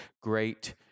great